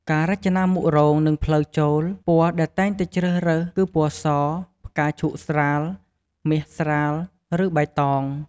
ការរចនាមុខរោងនិងផ្លូវចូលពណ៌ដែលតែងតែជ្រើសរើសគឺ ពណ៌ស, ផ្កាឈូកស្រាល, មាសស្រាល ឬបៃតង។